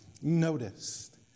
noticed